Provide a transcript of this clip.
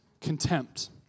contempt